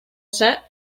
set